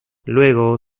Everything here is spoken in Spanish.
luego